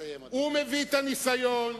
הוא מביא את הניסיון,